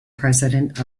president